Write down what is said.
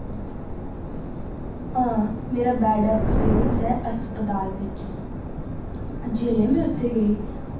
हां मेरा bad experience ऐ हस्पताल बिच जेल्लै में उत्थै गेई